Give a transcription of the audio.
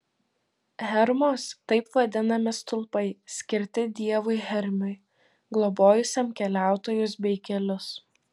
hermos taip vadinami stulpai skirti dievui hermiui globojusiam keliautojus bei kelius